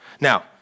Now